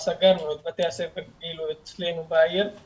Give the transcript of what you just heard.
סגרנו אצלנו בעיר את בתי הספר לאחר שבוע,